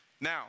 Now